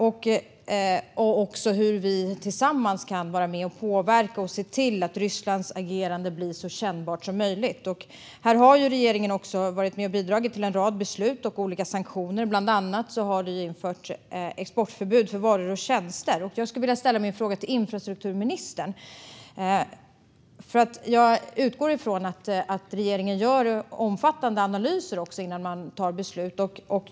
Vi kan tillsammans påverka och se till att Rysslands agerande blir så kännbart som möjligt. Här har regeringen varit med och bidragit till en rad beslut och olika sanktioner. Bland annat har vi infört exportförbud för varor och tjänster. Jag skulle vilja ställa min fråga till infrastrukturministern. Jag utgår från att regeringen gör omfattande analyser innan man fattar beslut.